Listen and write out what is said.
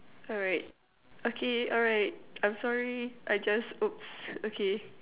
alright okay alright I'm sorry I just oops okay